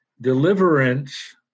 Deliverance